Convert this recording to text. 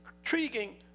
intriguing